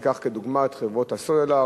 ניקח כדוגמה את חברות הסלולר,